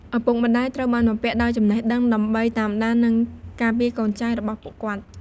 ឪពុកម្តាយត្រូវបានបំពាក់ដោយចំណេះដឹងដើម្បីតាមដាន និងការពារកូនចៅរបស់ពួកគាត់។